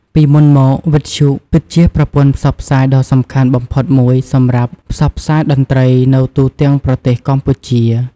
ពីមុនមក វិទ្យុ ពិតជាប្រព័ន្ធផ្សព្វផ្សាយដ៏សំខាន់បំផុតមួយសម្រាប់ ផ្សព្វផ្សាយតន្ត្រីនៅទូទាំងប្រទេសកម្ពុជា។